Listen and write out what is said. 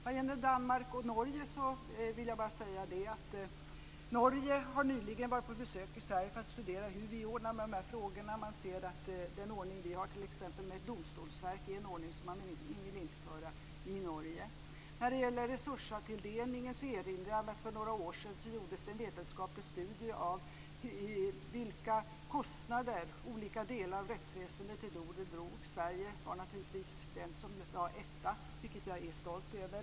Vad gäller Danmark och Norge vill jag bara säga att från Norge har man nyligen varit på besök i Sverige för att studera hur vi ordnar med dessa frågor. Man ser att den ordning som vi har med t.ex. domstolsverk är en ordning som man vill införa i Norge. När det gäller resurstilldelningen erinrar jag mig att det för några år sedan gjordes en vetenskaplig studie av kostnaderna för olika delar av rättsväsendet. Sverige var naturligtvis det land som var etta, vilket jag är stolt över.